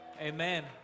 Amen